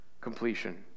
completion